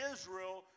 Israel